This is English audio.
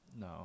No